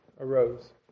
arose